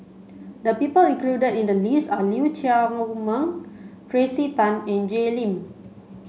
the people included in the list are Lee Chiaw Meng Tracey Tan and Jay Lim